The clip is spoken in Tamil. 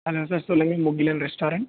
ஹலோ சார் சொல்லுங்கள் முகிலன் ரெஸ்ட்டாரண்ட்